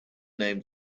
name